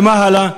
ומה הלאה?